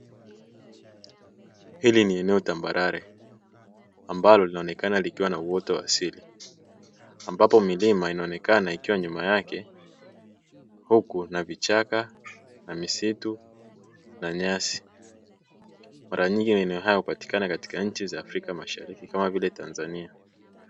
Hili ni eneo tambarare ambalo linaonekana likiwa na uoto wa asili ambapo milima inaonekana ikiwa nyuma yake, huku na vichaka na misitu na nyasi mara nyingi maeneo haya hpatikana kwenye nchi za afrika mashariki kama vile Tanzania.